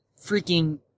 freaking